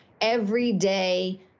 everyday